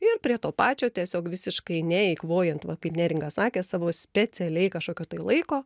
ir prie to pačio tiesiog visiškai neeikvojant va kaip neringa sakė savo specialiai kažkokio tai laiko